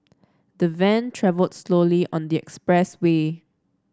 the van travelled slowly on the express way